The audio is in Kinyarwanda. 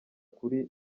kuri